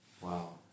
Wow